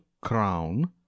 crown